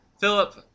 Philip